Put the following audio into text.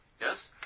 yes